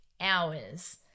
hours